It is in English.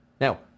Now